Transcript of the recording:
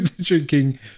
drinking